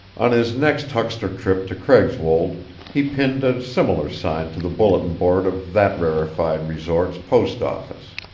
on his next huckster trip to craigswold he pinned a similar sign to the bulletin board of that rarefied resort's post-office.